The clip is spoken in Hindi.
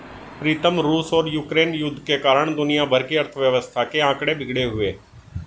प्रीतम रूस और यूक्रेन युद्ध के कारण दुनिया भर की अर्थव्यवस्था के आंकड़े बिगड़े हुए